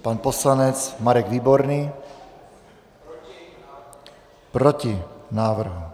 Pan poslanec Marek Výborný: Proti návrhu.